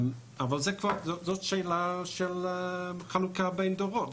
אבל זאת שאלה של חלוקה בין דורות.